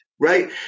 Right